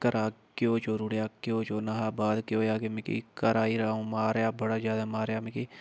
घरै घ्यो चोरी ओड़ेआ घ्यो चोरने हा बाद केह् होएआ के मिगी घरै आह्लें मारेआ बड़ा ज्यादा मारेआ मिगी